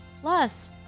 Plus